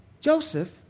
Joseph